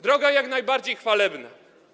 Droga jak najbardziej chwalebna.